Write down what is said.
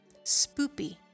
spoopy